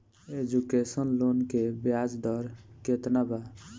Education loan के ब्याज दर केतना बा?